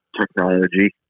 technology